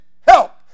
help